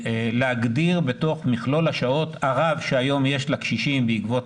להגדיר בתוך מכלול השעות הרב שיש היום לקשישים בעקבות